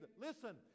listen